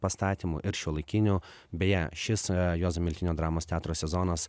pastatymų ir šiuolaikinių beje šis juozo miltinio dramos teatro sezonas